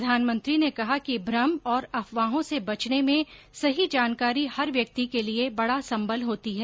प्रधानमंत्री ने कहा कि भ्रम और अफवाहों से बचने में सही जानकारी हर व्यक्ति के लिए बड़ा सम्बल होती है